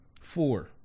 Four